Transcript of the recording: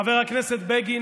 חבר הכנסת בגין,